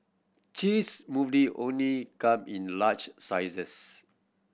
cheese only come in large sizes